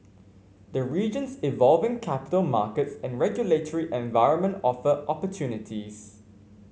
the region's evolving capital markets and regulatory environment offer opportunities